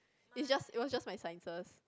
is just it was just my sciences